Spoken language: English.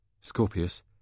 Scorpius